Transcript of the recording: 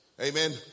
amen